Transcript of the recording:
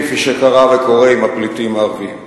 כפי שקרה וקורה עם הפליטים הערבים.